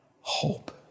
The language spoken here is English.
hope